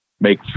make